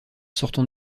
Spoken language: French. sortons